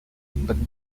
but